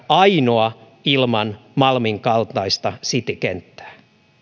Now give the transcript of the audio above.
ainoa ilman malmin kaltaista citykenttää